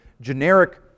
generic